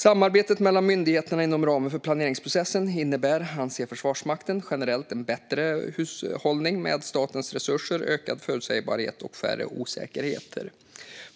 Samarbeten mellan myndigheterna inom ramen för planeringsprocessen innebär, anser Försvarsmakten, generellt en bättre hushållning med statens resurser, ökad förutsägbarhet och färre osäkerheter.